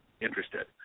interested